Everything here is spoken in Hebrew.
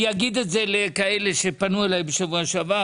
אני אגיד את זה לכאלה שפנו אליי בשבוע שעבר